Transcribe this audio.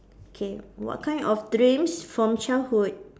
K what kind of dreams from childhood